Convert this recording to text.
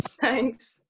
Thanks